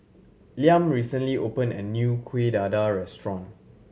Liam recently opened a new Kuih Dadar restaurant